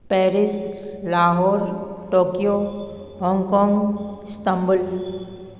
Paris London Lahore Tokyo Hong Kong Istanbul